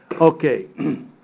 Okay